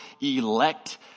elect